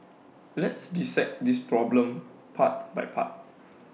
let's dissect this problem part by part